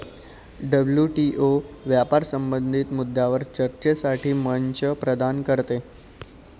WTO व्यापार संबंधित मुद्द्यांवर चर्चेसाठी मंच प्रदान करते